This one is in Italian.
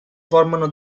formano